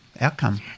outcome